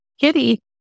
Kitty